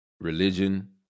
religion